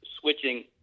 switching